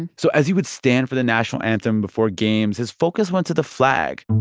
and so as he would stand for the national anthem before games, his focus went to the flag